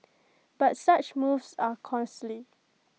but such moves are costly